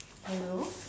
hello